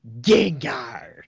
Gengar